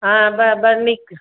हँ वाह बड़ नीक